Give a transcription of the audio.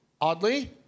oddly